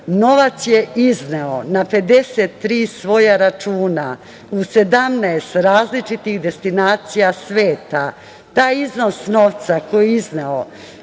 Novac je izneo na 53 svoja računa u 17 različitih destinacija sveta. Taj iznos novca koji je izneo